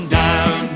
down